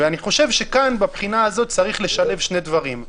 אני חושב שכאן, בבחינה הזאת, צריך לשלב שני דברים.